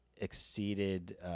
exceeded